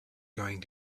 going